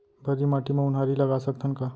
भर्री माटी म उनहारी लगा सकथन का?